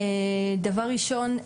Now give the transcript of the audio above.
דבר ראשון,